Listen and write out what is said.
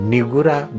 Nigura